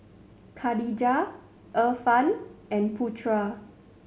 Khadija Irfan and Putra